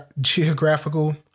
geographical